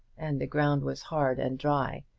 and the ground was hard and dry.